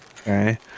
Okay